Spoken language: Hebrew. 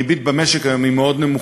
במשק היום היא מאוד נמוכה.